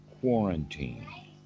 quarantine